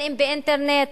אם באינטרנט,